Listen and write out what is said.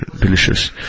delicious